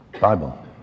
Bible